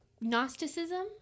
Gnosticism